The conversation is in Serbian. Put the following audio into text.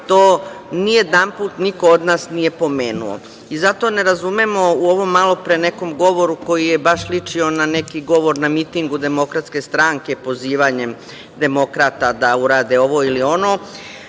to nijedanput niko od nas nije pomenuo. Zato ne razumemo u ovom malopre nekom govoru koji je baš ličio na neki govor na mitingu DS pozivanjem demokrata da urade ovo ili ono.